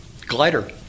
glider